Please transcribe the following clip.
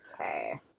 Okay